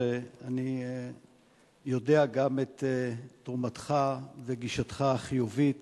שאני יודע גם את תרומתך וגישתך החיובית